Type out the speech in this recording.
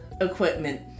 equipment